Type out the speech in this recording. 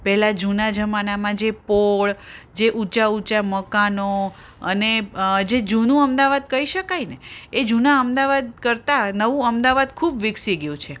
પહેલાં જૂના જમાનામાં જે પોળ જે ઊંચા ઊંચા મકાનો અને જે જૂનું અમદાવાદ કહી શકાય ને એ જૂનાં અમદાવાદ કરતાં નવું અમદાવાદ ખૂબ વિકસી ગયું છે